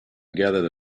gathered